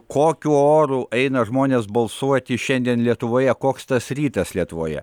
kokiu oru eina žmonės balsuoti šiandien lietuvoje koks tas rytas lietuvoje